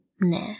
Nah